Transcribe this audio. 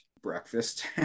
Breakfast